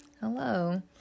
hello